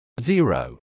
Zero